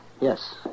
Yes